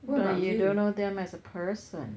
you don't know them as a person